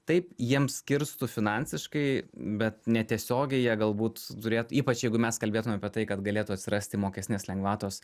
taip jiems kirstų finansiškai bet netiesiogiai jie galbūt turėt ypač jeigu mes kalbėtume apie tai kad galėtų atsirasti mokestinės lengvatos